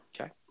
Okay